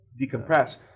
decompress